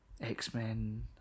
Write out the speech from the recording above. X-Men